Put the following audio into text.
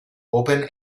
open